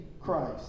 Christ